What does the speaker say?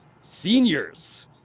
seniors